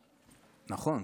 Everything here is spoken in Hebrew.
נכון,